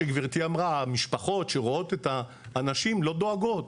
המשפחות שרואות את האנשים לא דואגות